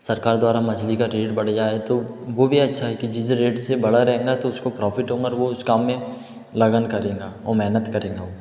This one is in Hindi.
सरकार द्वारा मछली का रेट बढ़ जाए तो वो भी अच्छा है कि जिस रेट से बढ़ा रहेगा तो उसको प्रॉफिट होगा तो वो उस काम में लगन करेगा और मेहनत करेगा वो